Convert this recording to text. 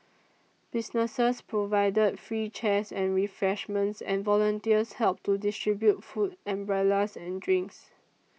businesses provided free chairs and refreshments and volunteers helped to distribute food umbrellas and drinks